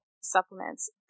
supplements